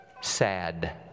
sad